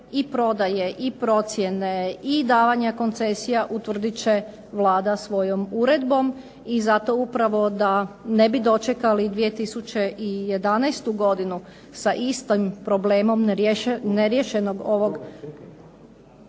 i prodaje i procjene i davanja koncesija utvrdit će Vlada svojom uredbom. I zato upravo da ne bi dočekali 2011. godinu sa istim problemom neriješenog ovog